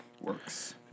works